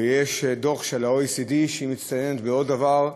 ויש דוח של ה-OECD שהיא מצטיינת בעוד דבר,